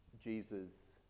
Jesus